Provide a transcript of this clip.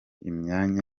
imyanya